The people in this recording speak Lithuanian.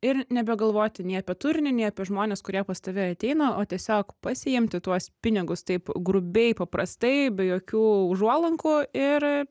ir nebegalvoti nei apie turinį nei apie žmones kurie pas tave ateina o tiesiog pasiimti tuos pinigus taip grubiai paprastai be jokių užuolankų ir